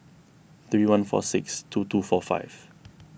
three one four six two two four five